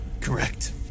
correct